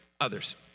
others